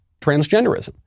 transgenderism